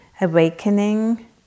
Awakening